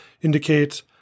indicate